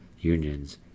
unions